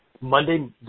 Monday